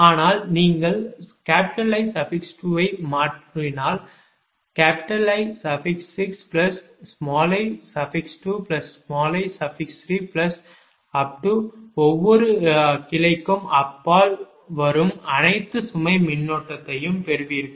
ஆனால் நீங்கள் I2 ஐயும் மாற்றினால் I6i2i3 ஒவ்வொரு கிளைக்கும் அப்பால் வரும் அனைத்து சுமை மின்னோட்டத்தையும் பெறுவீர்கள்